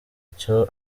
icyo